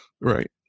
Right